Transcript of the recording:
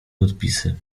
podpisy